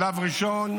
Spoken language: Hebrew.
שלב ראשון,